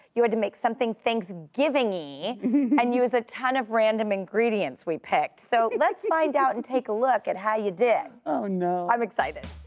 you had to make something thanksgiving-y and use a ton of random ingredients we picked. so, let's find out and take a look at how you did. oh, no. i'm excited!